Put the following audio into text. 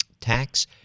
tax